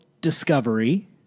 Discovery